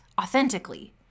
authentically